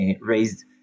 raised